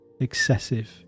Excessive